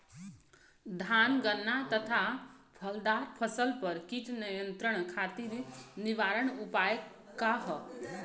धान गन्ना तथा फलदार फसल पर कीट नियंत्रण खातीर निवारण उपाय का ह?